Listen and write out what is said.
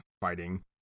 fighting